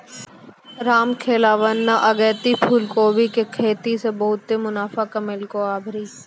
रामखेलावन न अगेती फूलकोबी के खेती सॅ बहुत मुनाफा कमैलकै आभरी